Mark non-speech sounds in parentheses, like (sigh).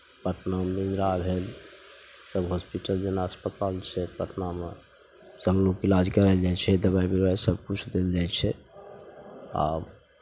पटना (unintelligible) भेल सभ हॉस्पिटल जेना अस्पताल छै पटनामे सभ लोग इलाज करय लेल जाइ छै दबाइ उबाइ सभकिछु देल जाइ छै आ